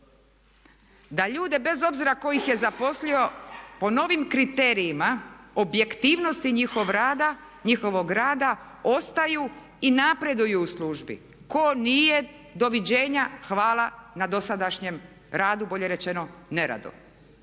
da ljude bez obzira ko ih je zaposlio po novim kriterijima objektivnosti njihovog rada ostaju i napreduju u službi. Tko nije, doviđenja, hvala na dosadašnjem radu bolje rečeno neradu.